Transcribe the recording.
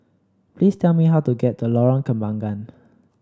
please tell me how to get the Lorong Kembagan